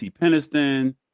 peniston